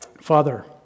Father